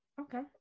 Okay